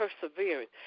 perseverance